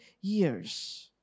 years